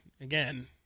again